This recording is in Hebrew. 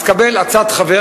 אז קבל עצת חבר,